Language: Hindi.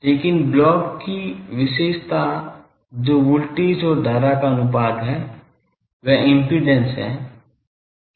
लेकिन ब्लॉक की विशेषता जो वोल्टेज और धारा का अनुपात है वह इम्पीडेन्स है